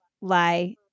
lie